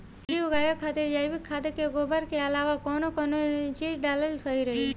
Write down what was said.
सब्जी उगावे खातिर जैविक खाद मे गोबर के अलाव कौन कौन चीज़ डालल सही रही?